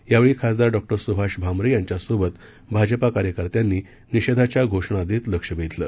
यावेळी खासदार डॉ सुभाष भामरे यांच्या सोबत भाजप कार्यकर्त्यांनी निषेधाच्या घोषणा देत लक्ष वेधलं